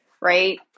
right